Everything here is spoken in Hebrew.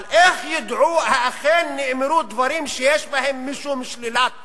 אבל איך ידעו שאכן נאמרו דברים שיש בהם משום שלילת